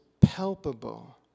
palpable